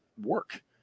work